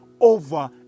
over